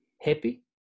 happy